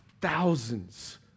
thousands